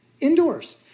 indoors